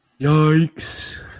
Yikes